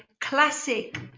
classic